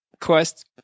Quest